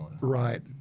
Right